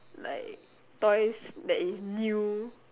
like toys that is new